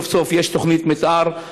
סוף-סוף יש תוכנית מתאר.